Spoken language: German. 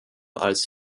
als